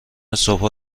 صبحها